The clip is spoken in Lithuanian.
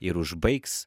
ir užbaigs